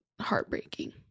heartbreaking